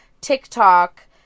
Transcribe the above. TikTok